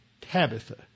Tabitha